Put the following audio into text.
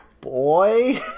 boy